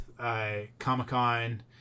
comic-con